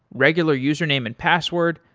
regular username and password,